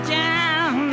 down